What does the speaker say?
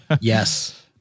Yes